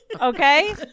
okay